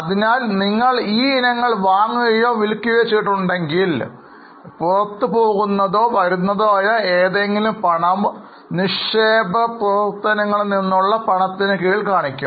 അതിനാൽ നിങ്ങൾ ഈ ഇനങ്ങൾ വാങ്ങുകയോ വിൽക്കുകയോ ചെയ്തിട്ടുണ്ടെങ്കിൽ പുറത്തു പോകുന്നതോ വരുന്നതോ ആയ ഏതെങ്കിലും പണം നിക്ഷേപ പ്രവർത്തനങ്ങളിൽ നിന്നുള്ള പണത്തിനു കീഴിൽ കാണിക്കും